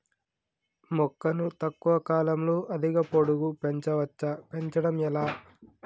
మొక్కను తక్కువ కాలంలో అధిక పొడుగు పెంచవచ్చా పెంచడం ఎలా?